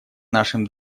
нашим